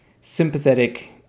sympathetic